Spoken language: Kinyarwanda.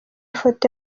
foto